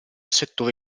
settore